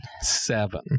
Seven